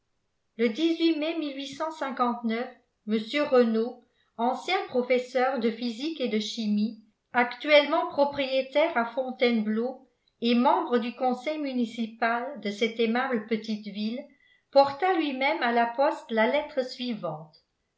le mai mr renault ancien professeur de physique et de chimie actuellement propriétaire à fontainebleau et membre du conseil municipal de cette aimable petite ville porta lui-même à la poste la lettre suivante